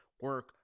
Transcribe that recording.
Work